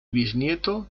bisnieto